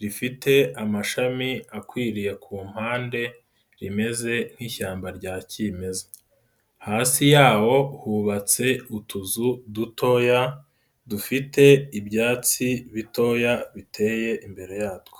rifite amashami akwiriye ku mpande, rimeze nk'ishyamba rya kimeza. Hasi yawo hubatse utuzu dutoya, dufite ibyatsi bitoya biteye imbere yatwo.